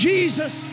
Jesus